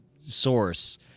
source